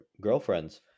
girlfriends